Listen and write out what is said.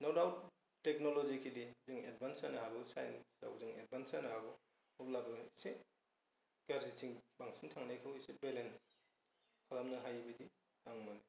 न' डाउड टेक्न'लजिकेलि जोङो एडभान्स जानो हागौ साइन्सआव जोङो एडभान्स जानो हागौ अब्लाबो एसे गाज्रिथिं बांसिन थांनायखौ एसे बेलेन्स खालानो हायै बायदि आं मोनो